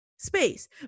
space